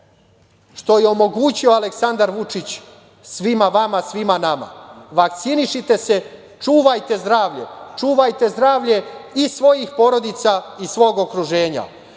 što je omogućio Aleksandar Vučić svima vama, svima nama. Vakcinišite se, čuvajte zdravlje. Čuvajte zdravlje i svojih porodica i svog okruženja. Pošto